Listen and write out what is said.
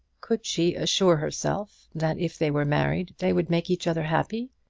could she assure herself that if they were married they would make each other happy?